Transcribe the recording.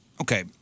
Okay